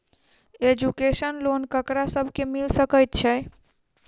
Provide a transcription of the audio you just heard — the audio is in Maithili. एजुकेशन लोन ककरा सब केँ मिल सकैत छै?